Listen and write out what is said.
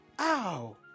ow